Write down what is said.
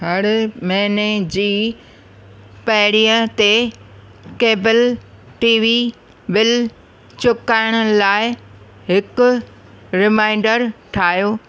हर महीने जी पहिरीअं ते केबल टीवी बिल चुकाइण लाइ हिकु रिमाइंडर ठाहियो